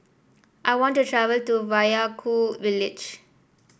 I want to travel to Vaiaku village